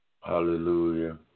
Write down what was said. Hallelujah